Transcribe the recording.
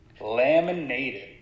Laminated